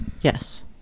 yes